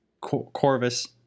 Corvus